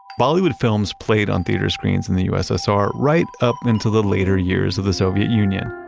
bollywood films played on theater screens in the ussr right up until the later years of the soviet union.